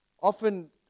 Often